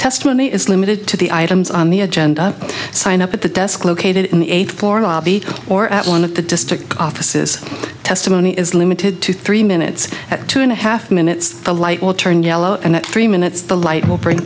testimony is limited to the items on the agenda sign up at the desk located in the eighth floor lobby or at one of the district offices testimony is limited to three minutes at two and a half minutes the light will turn yellow and at three minutes the light will br